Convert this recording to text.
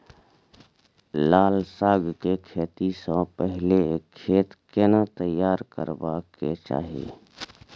लाल साग के खेती स पहिले खेत केना तैयार करबा के चाही?